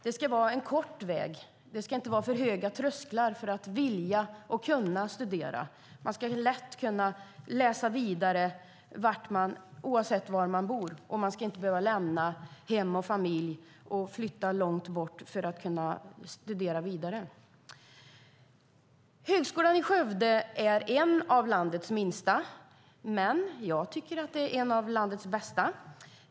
Det ska vara kort väg och inte för höga trösklar om man vill studera. Man ska lätt kunna läsa vidare oavsett var man bor. Man ska inte behöva lämna hem och familj och flytta långt bort för att kunna studera vidare. Högskolan i Skövde är en av landets minsta, men jag tycker att den är en av landets bästa.